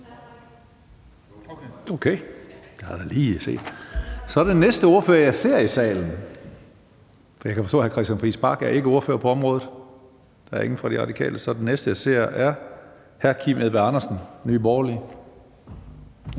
hende. Så er den næste ordfører, jeg ser i salen – for jeg kan forstå, at hr. Christian Friis Bach ikke er ordfører på området, så der er ingen fra De Radikale – hr. Kim Edberg Andersen, Nye Borgerlige.